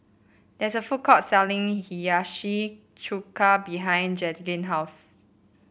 there is a food court selling Hiyashi Chuka behind Jaelynn house